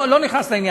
אני לא נכנס לזה.